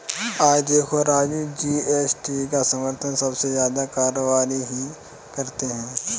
आज देखो राजू जी.एस.टी का समर्थन सबसे ज्यादा कारोबारी ही करते हैं